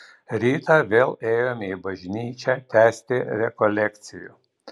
rytą vėl ėjome į bažnyčią tęsti rekolekcijų